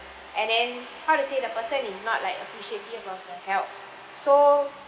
and then how to say the person is not like appreciative of the help so